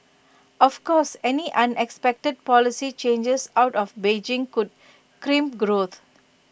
of course any unexpected policy changes out of Beijing could crimp growth